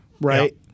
Right